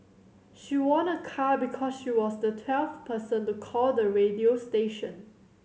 she won a car because she was the twelfth person to call the radio station